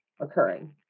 occurring